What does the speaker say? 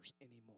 anymore